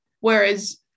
whereas